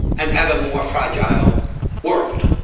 and ever more fragile world.